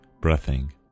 Breathing